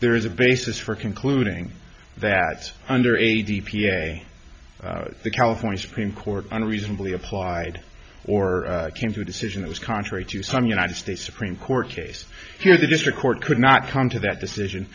there is a basis for concluding that under a t p a california supreme court unreasonably applied or came to a decision that was contrary to some united states supreme court case here the district court could not come to that decision